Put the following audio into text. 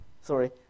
sorry